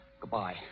Goodbye